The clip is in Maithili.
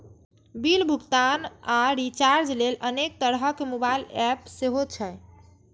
बिल भुगतान आ रिचार्ज लेल अनेक तरहक मोबाइल एप सेहो छै